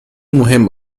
مهم